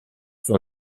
sont